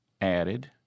added